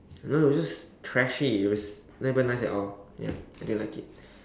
no it was just trashy it it was not even nice at all ya I didn't like it